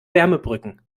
wärmebrücken